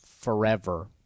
forever